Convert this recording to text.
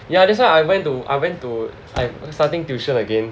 ya that's why I went to I went to I starting tuition again